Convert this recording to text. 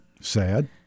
Sad